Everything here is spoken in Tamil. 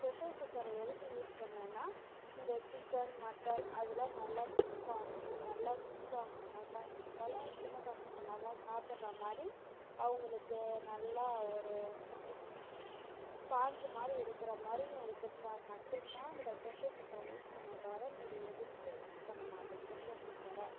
பிரஷர் குக்கரை எதுக்கு யூஸ் பண்ணுவோன்னா இந்த சிக்கன் மட்டன் அதெல்லாம் நல்லா சூப் ஆகணும் நல்லா குக் ஆகணும் பஞ்சி போல் சின்ன பசங்க நல்லா சாப்புடுறா மாதிரி அவங்களுக்கு நல்லா ஒரு எப்படி ஸ்பான்ஜி மாதிரி இருக்கிற மாதிரியும் இருக்கிறதுக்காக மட்டும் தான் இந்த பிரஷர் குக்கரை யூஸ் பண்ணுவன் தவிர மீதி எதுக்கும் யூஸ் பண்ண மாட்டோம் பிரஷர் குக்கரை